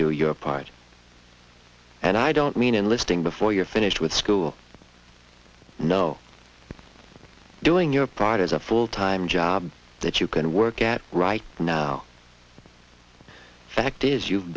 do your part and i don't mean enlisting before you're finished with school know doing your part is a full time job that you can work at right now fact is you've